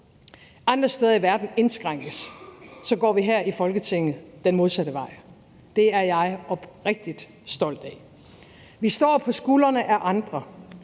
andre steder i verden indskrænkes, går vi her i Folketinget den modsatte vej. Det er jeg oprigtig stolt af. Vi står på skuldrene af andre,